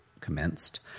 commenced